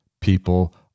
People